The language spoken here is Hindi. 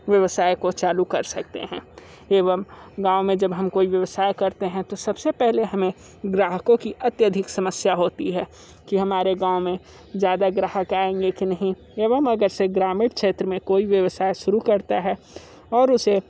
व्यवसाय को चालू कर सकते हैं एवं गाँव में जब हम कोई व्यवसाय करते हैं तो सबसे पहले हमें ग्राहकों की अत्यधिक समस्या होती है कि हमारे गाँव में ज़्यादा ग्राहक आएंगे के नहीं एवं अगर से ग्रामीण क्षेत्र में कोई व्यवसाय शुरू करता है और उसे